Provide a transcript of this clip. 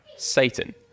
Satan